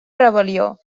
rebel·lió